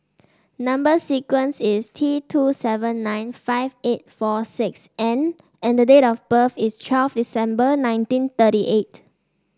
number sequence is T two seven nine five eight four six N and the date of birth is twelve December nineteen thirty eight